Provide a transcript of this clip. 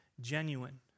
genuine